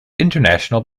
international